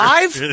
Live